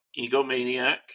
egomaniac